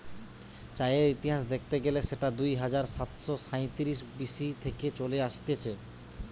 চায়ের ইতিহাস দেখতে গেলে সেটা দুই হাজার সাতশ সাইতিরিশ বি.সি থেকে চলে আসতিছে